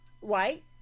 White